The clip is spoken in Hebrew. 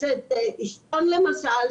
דישון למשל,